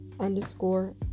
underscore